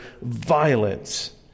violence